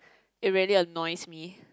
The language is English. it really annoys me